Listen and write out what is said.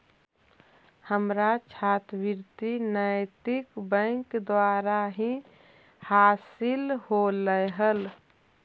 हमारा छात्रवृति नैतिक बैंक द्वारा ही हासिल होलई हल